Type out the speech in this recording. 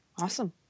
Awesome